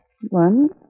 One